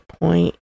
point